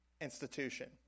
institution